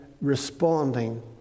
responding